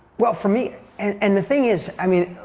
well, for me, and the thing is, i mean,